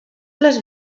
les